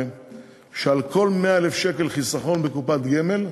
שעל כל 100,000 שקל חיסכון בקופת גמל,